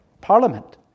Parliament